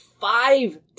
five